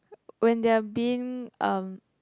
when they're being um